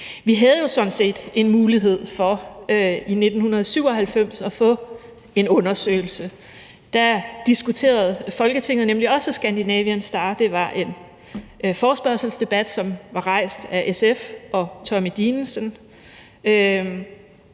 i 1997 sådan set en mulighed for at få en undersøgelse. Der diskuterede Folketinget nemlig også »Scandinavian Star«. Det var en forespørgselsdebat, som var rejst af SF og Tommy Dinesen,